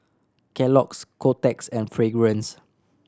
Kellogg's Kotex and Fragrance